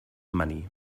money